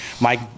Mike